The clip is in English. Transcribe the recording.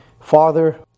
Father